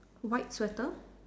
white sweater